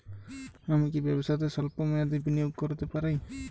আমি কি ব্যবসাতে স্বল্প মেয়াদি বিনিয়োগ করতে পারি?